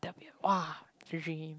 !wah! dream